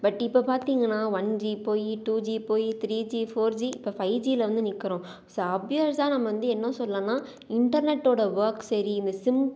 but இப்போ பார்த்தீங்கனா one G போய் டூ ஜீ போய் த்ரீ ஜீ ஃபோர் ஜீ இப்போ ஃபைவ் ஜீயில் வந்து நிற்கிறோம் ஸோ ஆப்யர்ஸாக நம்ம வந்து என்ன சொல்லானால் இன்டர்நெட்டோட ஒர்க்ஸ் சரி இந்த சிம்